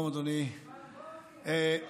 אדוני, שלום.